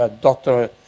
doctor